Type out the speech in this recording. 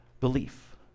belief